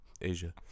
Asia